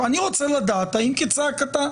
אני רוצה לדעת, האם כצעקתה?